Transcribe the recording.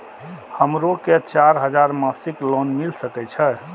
हमरो के चार हजार मासिक लोन मिल सके छे?